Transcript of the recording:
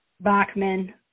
Bachman